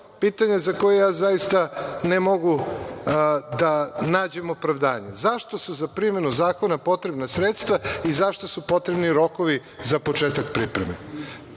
pitanje za koje ja zaista ne mogu da nađem opravdanje – zašto su za primenu zakona potrebna sredstva i zašto su potrebni rokovi za početak pripreme?